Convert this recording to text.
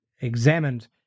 examined